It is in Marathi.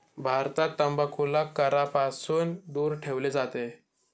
भारतात तंबाखूला करापासून दूर ठेवले जाते